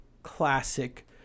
classic